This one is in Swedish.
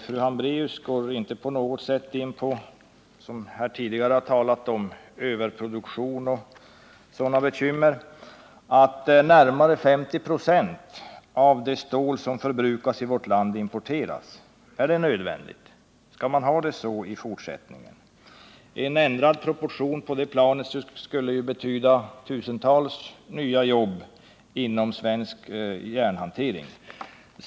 Fru Hambraeus går inte på något sätt in på vad vi här tidigare har talat om: överproduktion och sådana bekymmer. Att närmare 50 96 av det stål som förbrukas i vårt land importeras — är det nödvändigt? Skall man ha det så i fortsättningen? En ändrad proportion på det planet skulle betyda tusentals nya jobb inom svensk järnhantering.